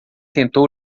tentou